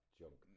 junk